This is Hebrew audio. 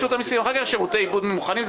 אחר כך יש שירותי בריאות מיוחדים ואלה